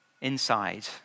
inside